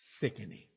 sickening